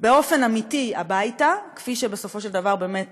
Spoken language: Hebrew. באופן אמיתי הביתה, כפי שבסופו של דבר באמת